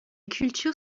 culture